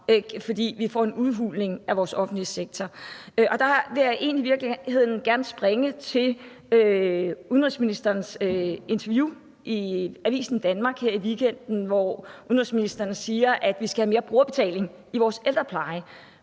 fordi vi får en udhulning af vores offentlige sektor. Der vil jeg i virkeligheden gerne springe til udenrigsministerens interview i Avisen Danmark her i weekenden, hvor udenrigsministeren siger, at vi skal have mere brugerbetaling i vores ældrepleje.